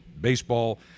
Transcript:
baseball